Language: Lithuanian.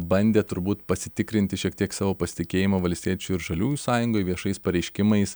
bandė turbūt pasitikrinti šiek tiek savo pasitikėjimą valstiečių ir žaliųjų sąjungoj viešais pareiškimais